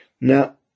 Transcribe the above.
Now